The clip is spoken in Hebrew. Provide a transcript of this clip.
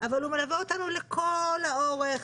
אבל הוא מלווה אותנו לכל האורך,